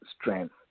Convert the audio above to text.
strength